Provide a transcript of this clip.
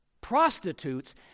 prostitutes